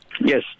Yes